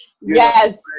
Yes